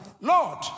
Lord